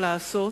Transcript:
לעשות,